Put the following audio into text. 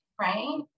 right